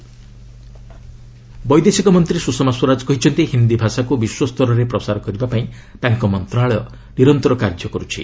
Sushma world Hindi Diwas ବୈଦେଶିକ ମନ୍ତ୍ରୀ ସୁଷମା ସ୍ୱରାଜ କହିଛନ୍ତି ହିନ୍ଦୀ ଭାଷାକୁ ବିଶ୍ୱ ସ୍ତରରେ ପ୍ରସାର କରିବା ପାଇଁ ତାଙ୍କ ମନ୍ତ୍ରଣାଳୟ ନିରନ୍ତର କାର୍ଯ୍ୟ କରୁଛି